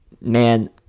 Man